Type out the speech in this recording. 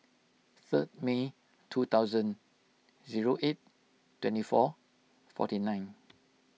third May two thousand zero eight twenty four forty nine